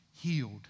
healed